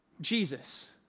Jesus